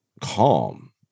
calm